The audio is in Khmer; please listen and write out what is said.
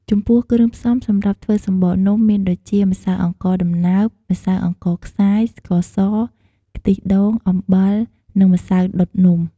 ចំំពោះគ្រឿងផ្សំសម្រាប់ធ្វើសំបកនំ មានដូចជា ម្សៅអង្ករដំណើប ម្សៅអង្ករខ្សាយ ស្ករស ខ្ទិះដូង អំបិល និងម្សៅដុតនំ។